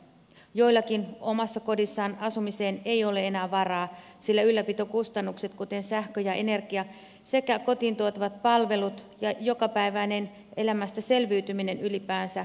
joillakin omassa kodissaan asumiseen ei ole enää varaa sillä ylläpitokustannukset kuten sähkö ja energia sekä kotiin tuotavat palvelut ja jokapäiväinen elämästä selviytyminen ylipäänsä maksavat paljon